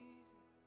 Jesus